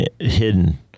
Hidden